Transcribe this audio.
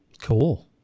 Cool